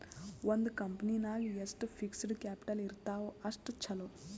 ಒಂದ್ ಕಂಪನಿ ನಾಗ್ ಎಷ್ಟ್ ಫಿಕ್ಸಡ್ ಕ್ಯಾಪಿಟಲ್ ಇರ್ತಾವ್ ಅಷ್ಟ ಛಲೋ